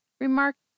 remarked